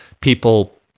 people